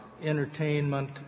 entertainment